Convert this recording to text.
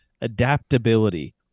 adaptability